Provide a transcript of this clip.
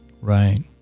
Right